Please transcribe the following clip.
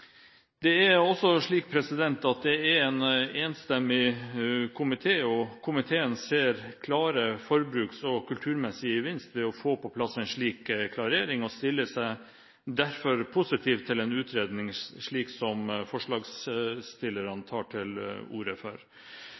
Det er også slik at en enstemmig komité ser klare forbruker- og kulturmessige gevinster ved å få på plass en slik klarering, og stiller seg derfor positiv til en utredning, slik forslagsstillerne tar til orde for.